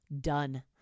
Done